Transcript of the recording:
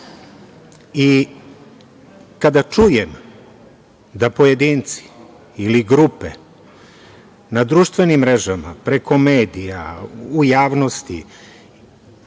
čujem da pojedinci ili grupe na društvenim mrežama, preko medija, u javnosti,